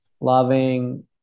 loving